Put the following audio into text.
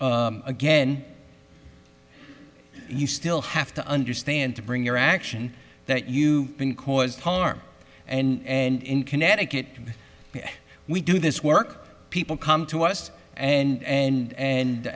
t again you still have to understand to bring your action that you can cause harm and in connecticut we do this work people come to us and